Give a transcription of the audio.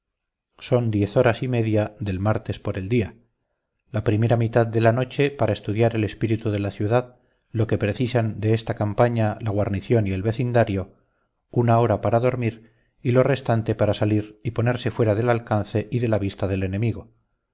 son diez horas y media del martes por el día la primera mitad de la noche para estudiar el espíritu de la ciudad lo que piensan de esta campaña la guarnición y el vecindario una hora para dormir y lo restante para salir y ponerse fuera del alcance y de la vista del enemigo